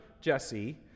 Jesse